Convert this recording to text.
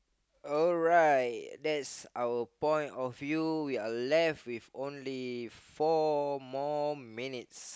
alright that's our point of you we are left with only four more minutes